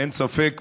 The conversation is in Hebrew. אין ספק,